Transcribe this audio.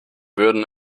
würden